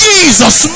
Jesus